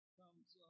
comes